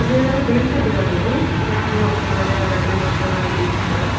ಅದ್ನೇನಾದ್ರು ಬೀಳ್ಸದ್ರಾ ನೀವು ಏನಾದರೂ ಅಥವಾ ನಿಮ್ಮನೇಲಿ ಯಾರಾದರೂ ಮಕ್ಕಳೇನಾದ್ರೂ ಬೀಳ್ಸದ್ರಾ